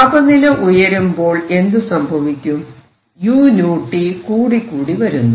താപനില ഉയരുമ്പോൾ എന്തുസംഭവിക്കും uT കൂടി കൂടി വരുന്നു